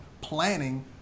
planning